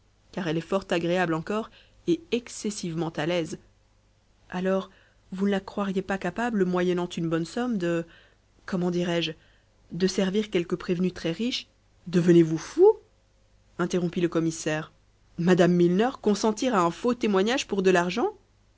car elle est fort agréable encore et excessivement à l'aise alors vous ne la croiriez pas capable moyennant une bonne somme de comment dirai-je de servir quelque prévenu très-riche devenez-vous fou interrompit le commissaire madame milner consentir à un faux témoignage pour de l'argent